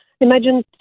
Imagine